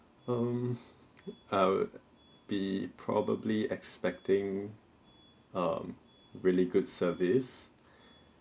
mm I would be probably expecting um really good service